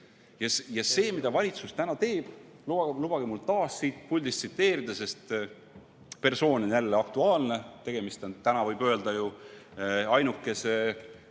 Ja see, mida valitsus teeb ... Lubage mul taas siit puldist tsiteerida, sest persoon on jälle aktuaalne. Tegemist on täna, võib öelda, ju ainukese